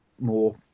more